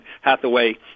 Hathaway